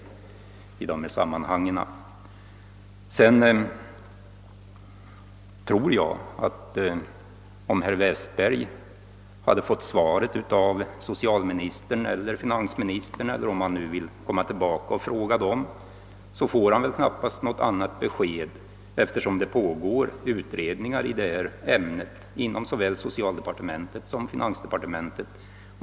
Vidare tror jag att herr Westberg, om svaret på hans interpellation hade lämnats av socialministern eller finansministern eller om han hade återkommit med en interpellation till någon av dem, knappast hade fått något annat besked än det jag givit, eftersom det pågår utredningar på detta område inom såväl socialsom finansdepartementet.